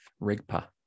rigpa